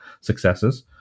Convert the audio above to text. successes